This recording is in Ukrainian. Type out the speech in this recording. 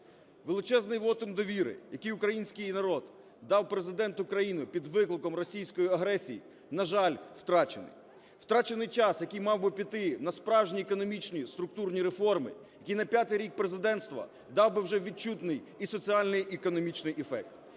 Величезний вотум довіри, який український народ дав Президенту України під викликом російської агресії, на жаль, втрачений. Втрачений час, який мав би піти на справжні економічні структурні реформи, які на п'ятий рік президентства дав би вже відчутний і соціальний економічний ефект.